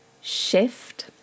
shift